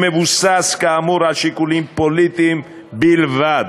שמבוסס, כאמור, על שיקולים פוליטיים בלבד.